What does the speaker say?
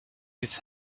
his